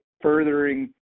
furthering